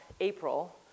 April